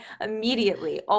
immediately